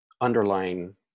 underlying